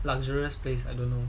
luxurious place I don't know